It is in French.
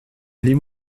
les